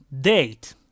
date